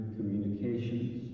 Communications